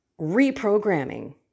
reprogramming